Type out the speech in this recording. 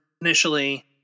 initially